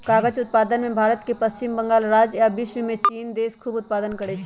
कागज़ उत्पादन में भारत के पश्चिम बंगाल राज्य आ विश्वमें चिन देश खूब उत्पादन करै छै